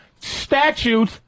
statute